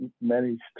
managed